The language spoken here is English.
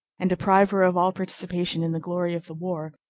and deprive her of all participation in the glory of the war,